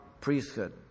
priesthood